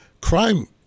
crime